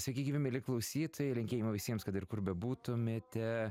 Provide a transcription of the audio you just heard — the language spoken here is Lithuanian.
sveiki gyvi mieli klausytojai linkėjimai visiems kad ir kur bebūtumėte